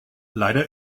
leider